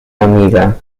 amiga